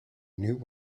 new